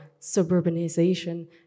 suburbanization